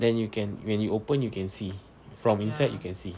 then you can when you open you can see from inside you can see